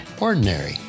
ordinary